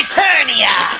Eternia